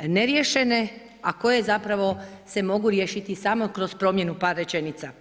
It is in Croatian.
neriješene, a koje zapravo se mogu riješiti samo kroz promjenu par rečenica.